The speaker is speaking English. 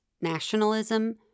nationalism